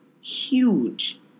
huge